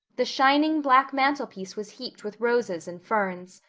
the shining black mantelpiece was heaped with roses and ferns.